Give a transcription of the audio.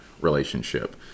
relationship